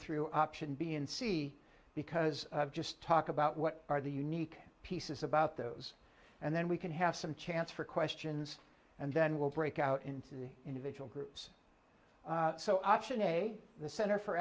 through option b and c because just talk about what are the unique pieces about those and then we can have some chance for questions and then we'll break out into the individual groups so i should say the center for